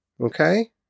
Okay